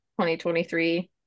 2023